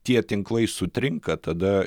tie tinklai sutrinka tada